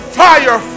fire